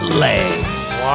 legs